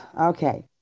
okay